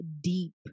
deep